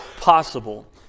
possible